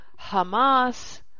Hamas